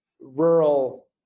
Rural